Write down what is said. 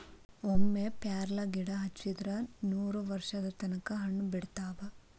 ಒಮ್ಮೆ ಪ್ಯಾರ್ಲಗಿಡಾ ಹಚ್ಚಿದ್ರ ನೂರವರ್ಷದ ತನಕಾ ಹಣ್ಣ ಬಿಡತಾವ